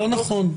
לא נכון.